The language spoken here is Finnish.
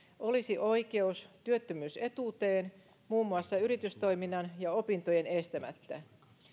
olisi oikeus työttömyysetuuteen muun muassa yritystoiminnan ja opintojen estämättä